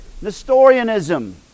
Nestorianism